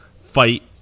fight